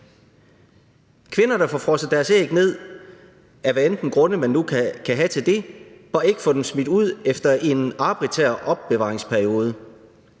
Kvinder, der får frosset deres æg ned – uanset hvad for grunde man nu kan have til det – bør ikke få dem smidt ud efter en arbitrær opbevaringsperiode.